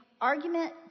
argument